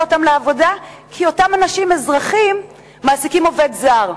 אותם לעבודה כי אותם אזרחים מעסיקים עובד זר?